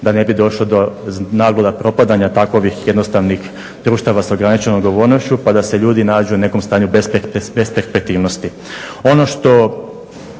da ne bi došlo do naglog propadanja takovih jednostavnih društava sa ograničenom odgovornošću pa da se ljudi nađu u nekom stanju besperspektivnosti.